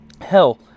Hell